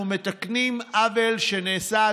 אנחנו מתקנים עוול שנעשה,